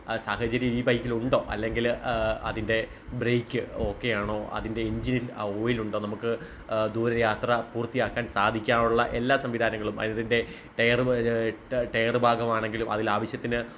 സാഹചര്യം ഈ ബൈക്കിലുണ്ടോ അല്ലെങ്കിൽ അതിൻ്റെ ബ്രേക്ക് ഓക്കെ ആണോ അതിൻ്റെ എൻജിനിൽ ആ ഓയിൽ ഉണ്ടോ നമുക്ക് ദൂരെയാത്ര പൂർത്തിയാക്കാൻ സാധിക്കാനുള്ള എല്ലാ സംവിധാനങ്ങളും അതിൻ്റെ ടയർ ടയർ ഭാഗമാണെങ്കിലും അതിൽ ആവശ്യത്തിന്